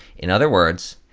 in other words,